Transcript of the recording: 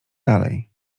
dalej